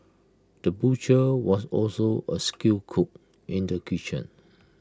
the butcher was also A skilled cook in the kitchen